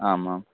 आम् आम्